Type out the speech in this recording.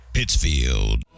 Pittsfield